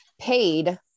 paid